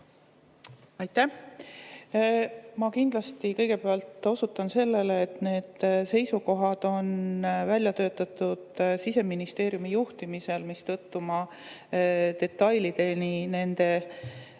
Aitäh! Ma kõigepealt osutan sellele, et need seisukohad on välja töötatud Siseministeeriumi juhtimisel, mistõttu ma detailideni neid nüansse